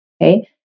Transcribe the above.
Okay